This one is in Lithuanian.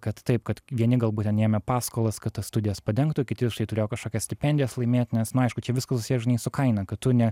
kad taip kad vieni galbūt ten ėmė paskolas kad tas studijas padengtų kiti štai turėjo kažkokias stipendijas laimėt nes nu aišku čia viskas susiję žinai su kaina kad tu ne